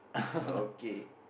okay